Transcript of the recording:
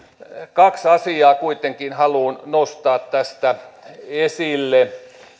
kaksi asiaa kuitenkin haluan nostaa tästä esille